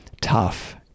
tough